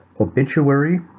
obituary